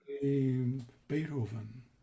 Beethoven